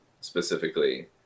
specifically